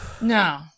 no